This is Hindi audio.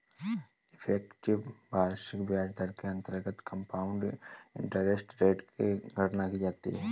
इफेक्टिव वार्षिक ब्याज दर के अंतर्गत कंपाउंड इंटरेस्ट रेट की गणना की जाती है